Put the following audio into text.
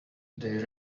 they